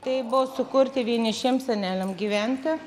tai buvo sukurti vienišiem seneliam gyventi